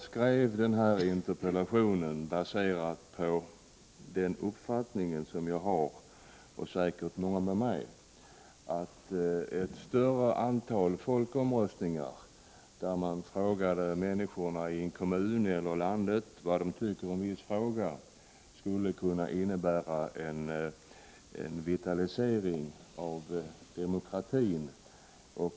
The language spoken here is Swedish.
Min interpellation baseras på den uppfattning jag och säkert många med mig har att ett större antal folkomröstningar, där man frågade människorna i en kommun eller i landet vad de tycker om en viss fråga, skulle innebära en vitalisering av demokratin.